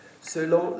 selon